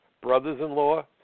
brothers-in-law